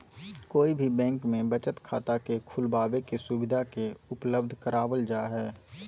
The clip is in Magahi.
कोई भी बैंक में बचत खाता के खुलबाबे के सुविधा के उपलब्ध करावल जा हई